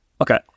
Okay